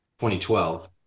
2012